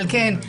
אבל כן,